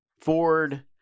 Ford